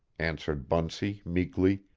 answered bunsey meekly,